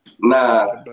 Nah